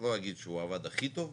אני לא אגיד שהוא עבד הכי טוב,